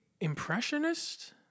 impressionist